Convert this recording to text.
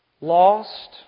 Lost